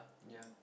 yeah